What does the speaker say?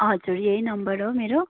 हजुर यही नम्बर हो मेरो